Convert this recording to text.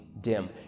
dim